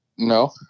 No